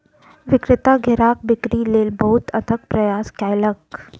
विक्रेता घेराक बिक्री लेल बहुत अथक प्रयास कयलक